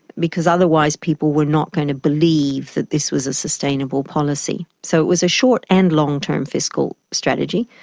because otherwise people were not going to believe that this was a sustainable policy. so it was a short and long term fiscal strategy.